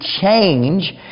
change